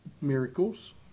miracles